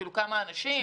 כמה אנשים?